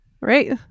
Right